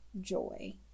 joy